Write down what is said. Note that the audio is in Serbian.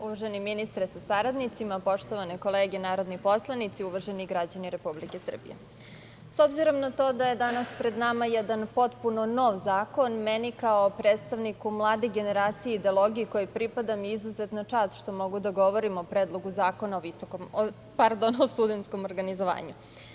Uvaženi ministre sa saradnicima, poštovane kolege narodni poslanici, uvaženi građani Republike Srbije, s obzirom na to da je danas pred nama jedan potpuno nov zakon, meni kao predstavniku mlade generacije i ideologije kojoj pripadam je izuzetna čast što mogu da govorim o Predlogu zakona o studentskom organizovanju.